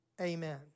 Amen